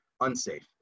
unsafe